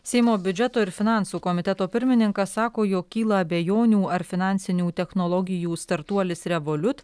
seimo biudžeto ir finansų komiteto pirmininkas sako jo kyla abejonių ar finansinių technologijų startuolis revoliut